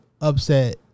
upset